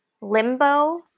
Limbo